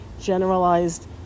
generalized